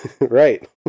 Right